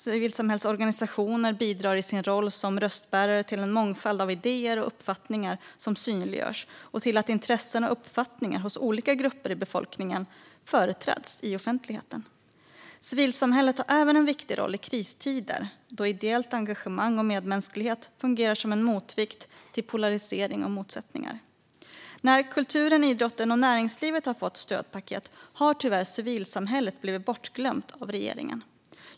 Civilsamhällets organisationer bidrar i sin roll som röstbärare till att en mångfald av idéer och uppfattningar synliggörs och till att intressen och uppfattningar hos olika grupper i befolkningen företräds i offentligheten. Civilsamhället har även en viktig roll i kristider då ideellt engagemang och medmänsklighet fungerar som en motvikt till polarisering och motsättningar. När kulturen, idrotten och näringslivet har fått stödpaket har tyvärr civilsamhället blivit bortglömt av regeringen.